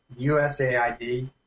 USAID